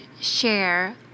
share